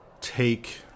take